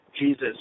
Jesus